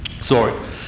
Sorry